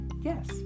Yes